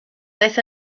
daeth